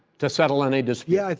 to settle any dispute? yeah,